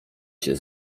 się